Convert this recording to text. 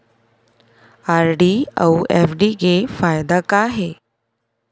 RD अऊ FD के फायेदा का हे?